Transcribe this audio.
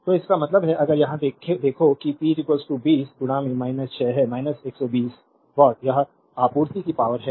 तो इसका मतलब है अगर यहां देखो कि p1 20 6 है कि 120 वाट यह आपूर्ति की पावरहै